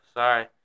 sorry